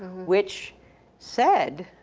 which said